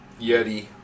Yeti